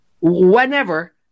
whenever